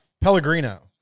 Pellegrino